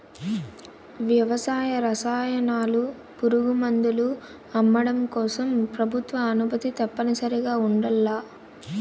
వ్యవసాయ రసాయనాలు, పురుగుమందులు అమ్మడం కోసం ప్రభుత్వ అనుమతి తప్పనిసరిగా ఉండల్ల